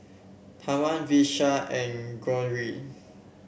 Pawan Vishal and Gauri